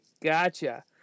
gotcha